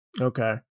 Okay